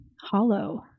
hollow